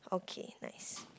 okay nice